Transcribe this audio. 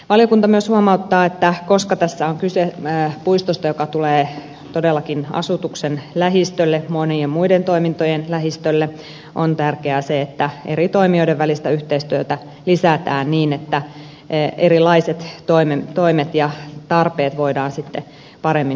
valiokunta myös huomauttaa että koska tässä on kyse puistosta joka tulee todellakin asutuksen lähistölle monien muiden toimintojen lähistölle on tärkeää se että eri toimijoiden välistä yhteistyötä lisätään niin että erilaiset toimet ja tarpeet voidaan paremmin yhteensovittaa